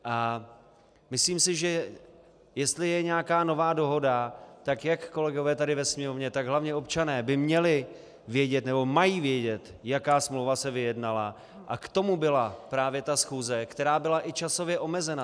A myslím si, že jestli je nějaká nová dohoda, tak jak kolegové tady ve Sněmovně, tak hlavně občané by měli vědět nebo mají vědět, jaká smlouva se vyjednala, a k tomu byla právě ta schůze, která byla i časově omezena.